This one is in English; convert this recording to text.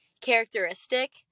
characteristic